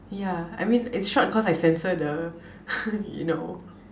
ya I mean it's short cause I censor the you know